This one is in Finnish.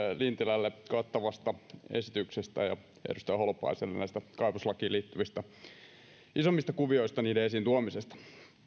lintilälle kattavasta esityksestä ja edustaja holopaiselle näiden kaivoslakiin liittyvien isompien kuvioiden esiintuomisesta